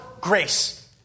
grace